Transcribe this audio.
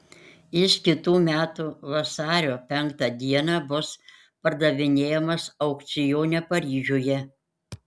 jis kitų metų vasario penktą dieną bus pardavinėjamas aukcione paryžiuje